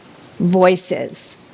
voices